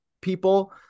people